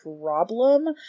problem